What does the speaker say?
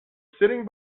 sitting